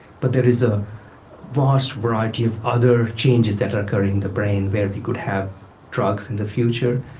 but there is a vast variety of other changes that occur in the brain where we could have drugs in the future.